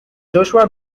joshua